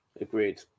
Agreed